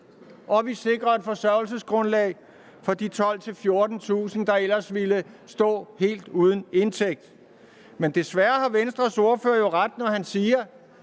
og et forsørgelsesgrundlag for de 12.000-14.000, der ellers ville stå helt uden indtægt. Men desværre har Venstres ordfører jo ret, når han i